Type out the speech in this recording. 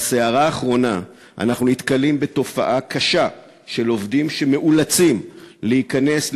בסערה האחרונה אנחנו נתקלים בתופעה קשה של עובדים שמאולצים להיכנס,